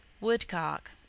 Woodcock